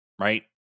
Right